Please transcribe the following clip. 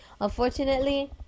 Unfortunately